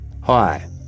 Hi